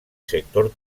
sector